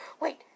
wait